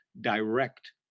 direct